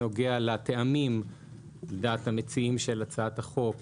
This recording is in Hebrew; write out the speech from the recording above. שנוגע לטעמים לדעת המציעים של הצעת החוק